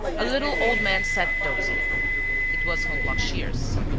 a little old man sat dozing it was holmlock shears.